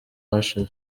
hashize